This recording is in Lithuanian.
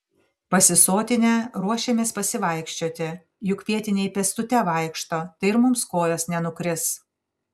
pasisotinę ruošėmės pasivaikščioti juk vietiniai pėstute vaikšto tai ir mums kojos nenukris